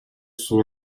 sur